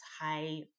high